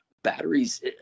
Batteries